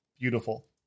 Beautiful